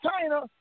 China